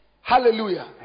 Hallelujah